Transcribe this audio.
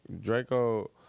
Draco